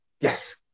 Yes